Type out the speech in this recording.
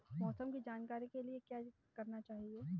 मौसम की जानकारी के लिए क्या करना चाहिए?